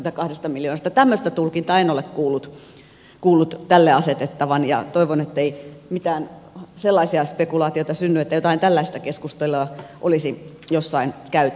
tämmöistä tulkintaa en ole kuullut tälle asetettavan ja toivon ettei mitään sellaisia spekulaatioita synny että jotain tällaista keskustelua olisi jossain käyty